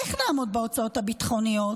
איך נעמוד בהוצאות הביטחוניות?